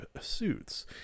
suits